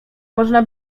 można